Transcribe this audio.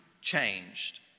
changed